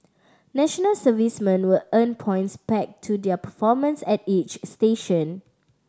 national servicemen will earn points pegged to their performance at each station